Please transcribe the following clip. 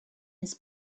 his